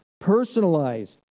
personalized